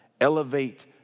elevate